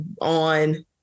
on